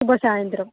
శుభ సాయంత్రం